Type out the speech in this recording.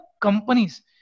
companies